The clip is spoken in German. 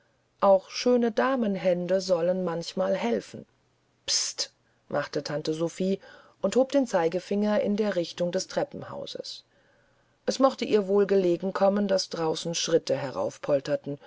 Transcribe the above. auch schöne damenhände sollen manchmal helfen pst machte tante sophie und hob den zeigefinger in der richtung des treppenhauses es mochte ihr wohl gelegen kommen daß draußen schritte heraufpolterten